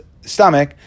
stomach